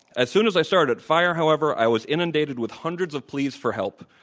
as soon as i started at fire, however, i was inundated with hundreds of pleas for help.